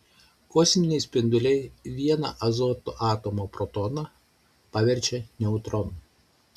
kosminiai spinduliai vieną azoto atomo protoną paverčia neutronu